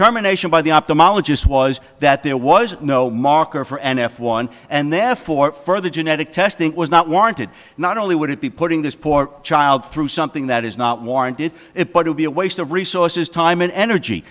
determination by the ophthalmologist was that there was no marker for an f one and therefore further genetic testing was not warranted not only would it be putting this poor child through something that is not warranted it but would be a waste of resources time and energy